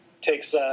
takes